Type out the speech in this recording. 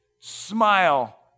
smile